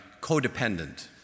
codependent